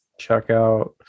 checkout